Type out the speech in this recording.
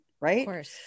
right